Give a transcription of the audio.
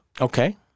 Okay